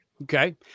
Okay